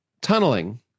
tunneling